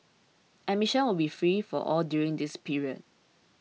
admission will be free for all during this period